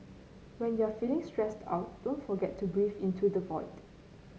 when you are feeling stressed out don't forget to breathe into the void